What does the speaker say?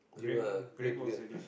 great Great World City